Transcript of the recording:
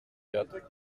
quatre